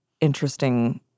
interesting